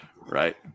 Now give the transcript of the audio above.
right